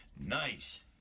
nice